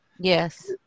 Yes